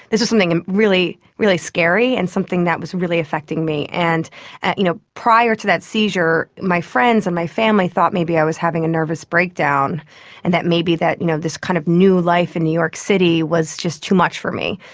this was something and really really scary and something that was really affecting me. and you know prior to that seizure my friends and my family thought maybe i was having a nervous breakdown and that maybe you know this kind of new life in new york city was just too much for me.